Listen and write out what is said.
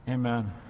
Amen